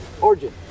origin